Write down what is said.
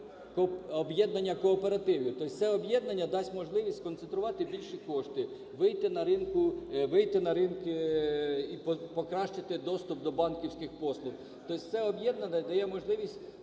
об'єднання кооперативів. То есть це об'єднання дасть можливість сконцентрувати більші кошти, вийти на ринки і покращити доступ до банківських послуг. То есть це об'єднання дає можливість